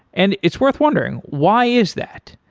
and it's worth wondering, why is that?